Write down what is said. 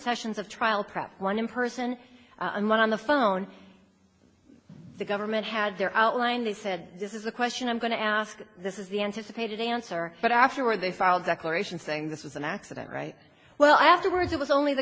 sessions of trial prep one in person and one on the phone the government had their outline they said this is a question i'm going to ask this is the anticipated answer but afterward they filed declarations saying this was an accident right well afterwards it was only the